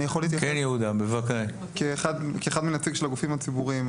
אני רוצה להתייחס כנציג של אחד הגופים הציבוריים.